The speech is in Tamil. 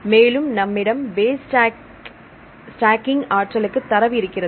மேலும் நம்மிடம் பேஸ் ஸ்டாக்கிங் ஆற்றலுக்கு தரவு இருக்கிறது